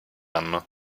anno